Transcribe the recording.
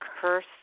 curse